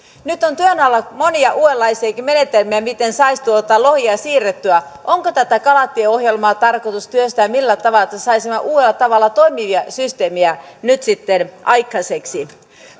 nyt on työn alla monia uudenlaisiakin menetelmiä miten saisi lohia siirrettyä onko tätä kalatieohjelmaa tarkoitus työstää millä tavalla että saisimme uudella tavalla toimivia systeemejä nyt aikaiseksi